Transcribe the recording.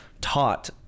taught